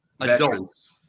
adults